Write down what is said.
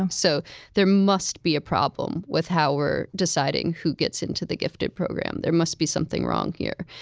um so there must be a problem with how we're deciding who gets into the gifted program. there must be something wrong here.